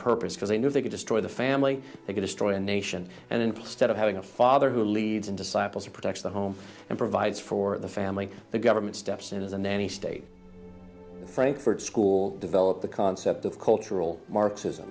purpose because they knew they could destroy the family they destroy a nation and in place stead of having a father who leads and disciples and protects the home and provides for the family the government steps in as a nanny state frankfurt school develop the concept of cultural marxism